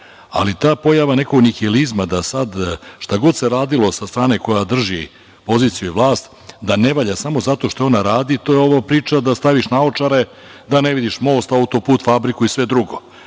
Ali, ta pojava nekog nihilizma, da sad šta god se radilo sa strane koju drži pozicija i vlast da ne valja, samo zato što ona radi, to je ona priča da staviš naočare da ne vidiš most, auto-put, fabriku i sve drugo.